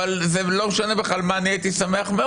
אבל זה לא משנה בכלל מה אני הייתי שמח.